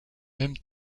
même